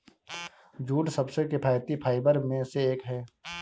jute सबसे किफायती fibre में से एक है